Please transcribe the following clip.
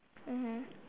mmhmm